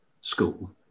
school